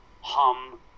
Hum